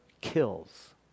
kills